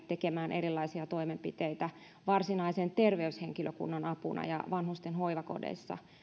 tekemään erilaisia toimenpiteitä varsinaisen terveyshenkilökunnan apuna ja vanhusten hoivakodeissa